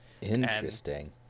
Interesting